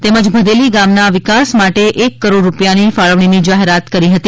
તેમજ ભદેલી ગામનાં વિકાસ માટે એક કરોડ રૂપિયાની ફાળવણીની જાહેરાત કરી હતી